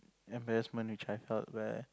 embarrassment which I felt where